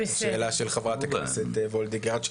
השאלה של חברת הכנסת וולדיגר.